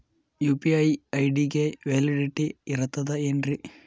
UPI ID ಗೆ validity ಇರತದ ಏನ್ರಿ?